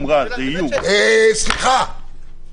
התוצאה?